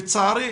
לצערי,